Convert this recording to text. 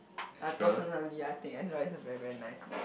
I personally I think Ezra is a very very nice name